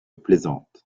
plaisante